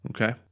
Okay